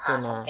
对 mah